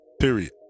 period